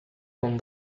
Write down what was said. con